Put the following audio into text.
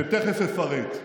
שתכף אפרט,